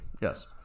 Yes